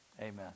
Amen